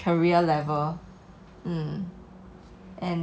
ya 是有一点可惜 lor that I I may not be able to